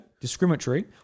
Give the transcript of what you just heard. discriminatory